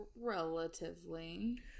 Relatively